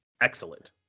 Excellent